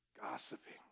gossiping